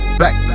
back